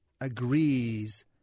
agrees